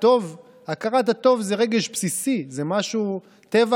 אז אתם תפסיקו, תפסיקו